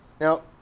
Now